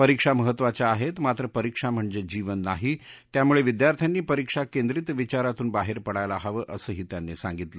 परीक्षा महत्त्वाच्या आहेत मात्र परीक्षा म्हणजे जीवन नाही त्यामुळे विद्यार्थ्यांनी परिक्षा केंद्रीत विचारातून बाहेर पडायला हवं असंही त्यांनी सांगितलं